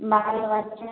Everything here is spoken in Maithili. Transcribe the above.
बाहरे बाहर छै